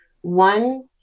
one